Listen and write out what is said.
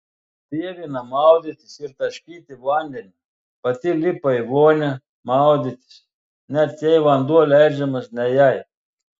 dievina maudytis ir taškyti vandeniu pati lipa į vonią maudytis net jei vanduo leidžiamas ne jai